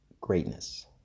greatness